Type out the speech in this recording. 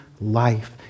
life